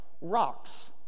rocks